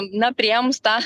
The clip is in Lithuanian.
na priėmus tą